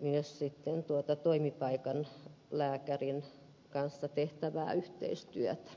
myös sitten toimipaikan lääkärin kanssa tehtävää yhteistyötä